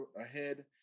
ahead